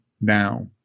now